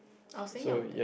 I will saying your